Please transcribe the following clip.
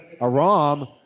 Aram